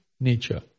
nature